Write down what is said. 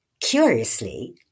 curiously